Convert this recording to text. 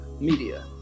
media